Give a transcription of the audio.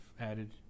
Added